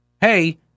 hey